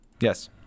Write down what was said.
yes